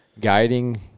guiding